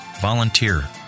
Volunteer